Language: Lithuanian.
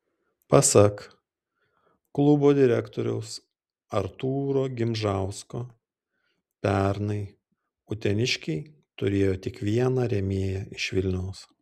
pasak klubo direktoriaus artūro gimžausko pernai uteniškiai turėjo tik vieną rėmėją iš vilniaus